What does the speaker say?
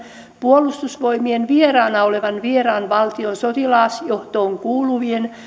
puolustusvoimien vieraana olevan vieraan valtion sotilasjohtoon kuuluvien